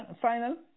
final